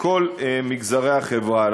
בכל מגזרי החברה.